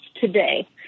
today